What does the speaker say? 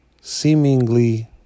seemingly